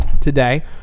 today